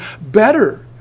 better